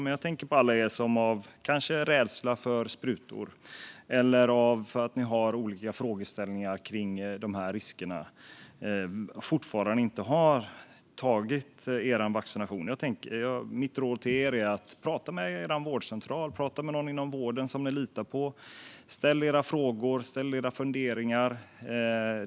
Men jag tänker på alla er som kanske av rädsla för sprutor eller för att ni har olika frågeställningar kring riskerna fortfarande inte har vaccinerat er. Mitt råd till er är att prata med er vårdcentral. Prata med någon inom vården som ni litar på, ställ era frågor och framför era funderingar!